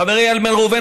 חברי איל בן ראובן,